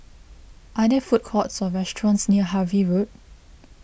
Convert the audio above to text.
are there food courts or restaurants near Harvey Road